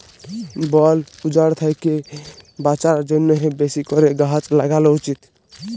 বল উজাড় থ্যাকে বাঁচার জ্যনহে বেশি ক্যরে গাহাচ ল্যাগালো উচিত